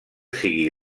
sigui